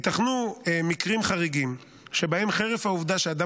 ייתכנו מקרים חריגים שבהם חרף העובדה שאדם